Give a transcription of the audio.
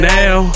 now